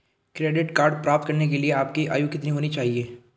Credit card प्राप्त करने के लिए आपकी आयु कितनी होनी चाहिए?